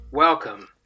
Welcome